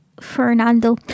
Fernando